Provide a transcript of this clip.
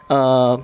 err